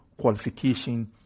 qualification